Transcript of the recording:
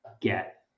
get